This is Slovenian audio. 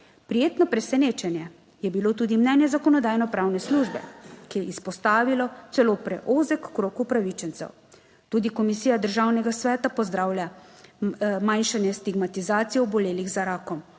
Prijetno presenečenje je bilo tudi mnenje Zakonodajno-pravne službe, ki je izpostavilo celo preozek krog upravičencev. Tudi Komisija Državnega sveta pozdravlja zmanjšanje stigmatizacije obolelih za rakom